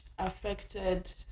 Affected